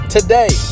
Today